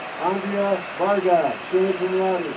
andrea varga, summa cum laude.